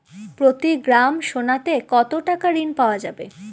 প্রতি গ্রাম সোনাতে কত টাকা ঋণ পাওয়া যাবে?